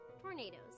tornadoes